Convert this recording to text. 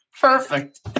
perfect